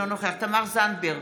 אינו נוכח תמר זנדברג,